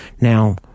Now